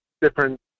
different